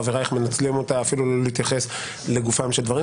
חבריך מנצלים אותה אפילו לא להתייחס לגופם של דברים.